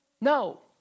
No